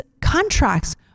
contracts